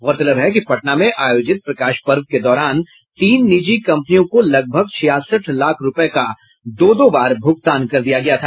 गौरतलब है कि पटना में आयोजित प्रकाश पर्व के दौरान तीन निजी कंपनियों को लगभग छियासठ लाख रूपये का दो दो बार भुगतान कर दिया गया था